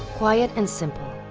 quiet and simple,